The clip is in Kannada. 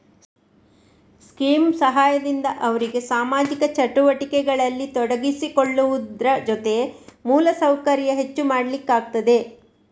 ಸ್ಕೀಮ್ ಸಹಾಯದಿಂದ ಅವ್ರಿಗೆ ಸಾಮಾಜಿಕ ಚಟುವಟಿಕೆಗಳಲ್ಲಿ ತೊಡಗಿಸಿಕೊಳ್ಳುವುದ್ರ ಜೊತೆ ಮೂಲ ಸೌಕರ್ಯ ಹೆಚ್ಚು ಮಾಡ್ಲಿಕ್ಕಾಗ್ತದೆ